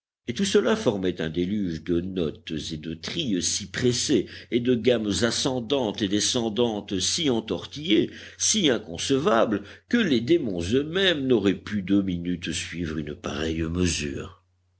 et tout cela formait un déluge de notes et de trilles si pressés et de gammes ascendantes et descendantes si entortillées si inconcevables que les démons eux-mêmes n'auraient pu deux minutes suivre une pareille mesure